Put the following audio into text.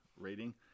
rating